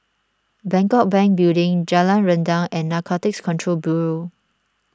Bangkok Bank Building Jalan Rendang and Narcotics Control Bureau